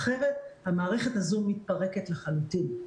אחרת המערכת הזו מתפרקת לחלוטין.